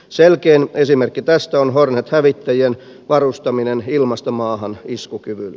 selkein esimerkki tästä on hornet hävittäjien varustaminen ilmasta maahan iskukyvyllä